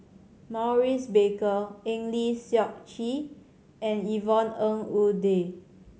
Maurice Baker Eng Lee Seok Chee and Yvonne Ng Uhde